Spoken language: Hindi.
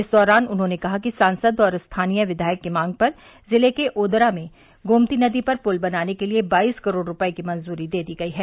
इस दौरान उन्होंने कहा कि सांसद व स्थानीय विधायक की मांग पर जिले के ओदरा में गोमती नदी पर पुल बनाने के लिये बाईस करोड़ रूपये की मंजूरी दे दी गई है